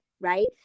right